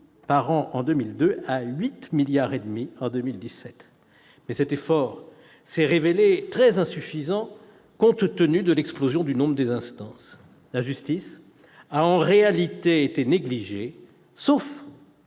d'euros en 2002 à 8,5 milliards d'euros en 2017. Mais cet effort s'est révélé très insuffisant compte tenu de l'explosion du nombre des instances. En réalité, la justice a été négligée, sauf,